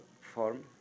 form